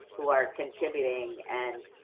who are contributing and,